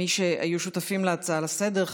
מי שהיו שותפים להצעה לסדר-היום,